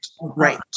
Right